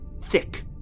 Thick